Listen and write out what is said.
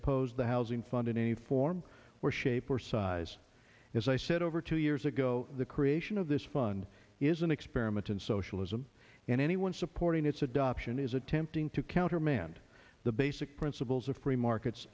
opposed the housing fund in any form or shape or size as i said over two years ago the creation of this fund is an experiment in socialism and anyone supporting its adoption is attempting to countermand the basic principles of free markets